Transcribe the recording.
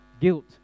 guilt